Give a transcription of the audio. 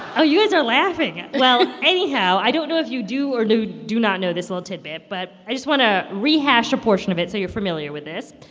oh, you guys are laughing. well, anyhow, i don't know if you do or do do not know this little tidbit, but i just want to rehash a portion of it so you're familiar with this.